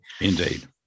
Indeed